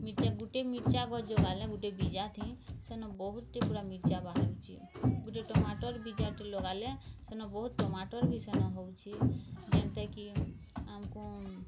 ମିର୍ଚା ଗୁଟେ ମିର୍ଚା ଗଯ୍ ଉଗାଲେ ଗୁଟେ ବୀଜା ଥେ ସେନ୍ ବହୁତ ଟି ପୁରା ମିର୍ଚା ବାହାରୁଛେ ଗୁଟେ ଟମାଟୋ ବୀଜା ଟେ ଲଗାଲେ ସେନ୍ ବହୁତ ଟମାଟୋ ବି ସେନ୍ ହଉଛି ଯେନ୍ତ କି ଆମକୁ